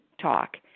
talk